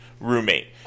roommate